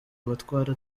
abatwara